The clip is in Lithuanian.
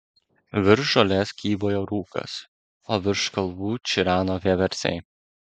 virš žolės kybojo rūkas o virš kalvų čireno vieversiai